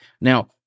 Now